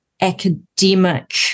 academic